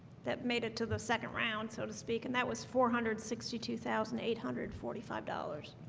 that made it to the second round so to speak and that was four hundred sixty two thousand eight hundred forty-five dollars.